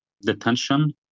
detention